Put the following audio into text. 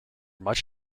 much